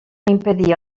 impedia